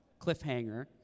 cliffhanger